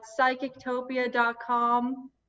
Psychictopia.com